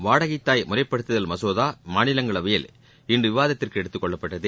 வாடகைத் தாய் முறைப்படுத்துதல் மசோதா மாநிலங்களவையில் இன்று விவாதத்திற்கு எடுத்துக் கொள்ளப்பட்டது